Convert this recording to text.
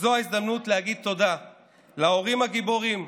זאת ההזדמנות להגיד תודה להורים הגיבורים,